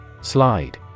Slide